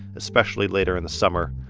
especially later in the summer.